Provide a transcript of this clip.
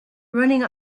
running